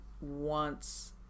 wants